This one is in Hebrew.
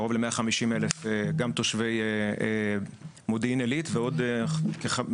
קרוב למאה חמישים אלף גם תושבי מודיעין עילית ועוד כארבעים,